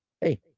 hey